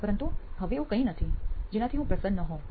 પરંતુ હવે એવું કઈંક નથી જેનાથી હું પ્રસન્ન હોઉં